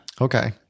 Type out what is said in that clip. Okay